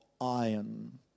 iron